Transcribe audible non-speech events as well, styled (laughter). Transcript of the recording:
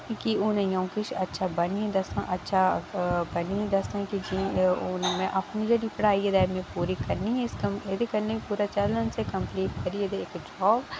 कि उ'नेई अऊं किश अच्छा बनियै दस्सां अच्छा बनियै दस्सां कि जी हुन में अपनी जेह्ड़ी पढ़ाई ऐ (unintelligible) पूरी करनी ऐ इस कम एह्दे कन्नै पूरा चैलेंज ऐ कम्पलीट करियै ते इक जाब